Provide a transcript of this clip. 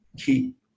keep